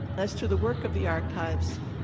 as to the work of the archives,